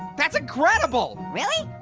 that's incredible! really,